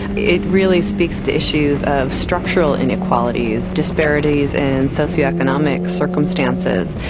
it really speaks to issues of structural inequalities, disparities in socio-economic circumstances.